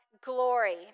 glory